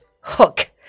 hook